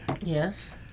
Yes